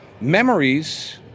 memories